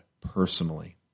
personally